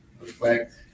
reflect